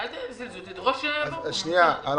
תדרוש --- זלזול, תדרוש שיבוא לפה מנכ"ל.